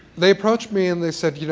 they approached me and they said, you know